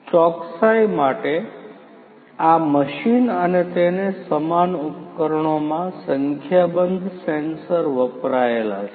ચોકસાઈ માટે આ મશીન અને તેને સમાન ઉપકરણોમાં સંખ્યાબંધ સેન્સર વપરાયેલા છે